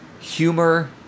humor